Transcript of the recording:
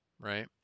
right